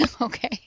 Okay